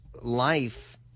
life